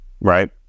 right